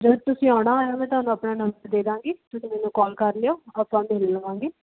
ਜਦੋਂ ਤੁਸੀਂ ਆਉਣਾ ਹੋਇਆ ਮੈਂ ਤੁਹਾਨੂੰ ਆਪਣਾ ਨੰਬਰ ਦੇ ਦਾਂਗੀ ਤੁਸੀਂ ਮੈਨੂੰ ਕਾਲ ਕਰ ਲਿਓ ਆਪਾਂ ਮਿਲ ਲਵਾਂਗੇ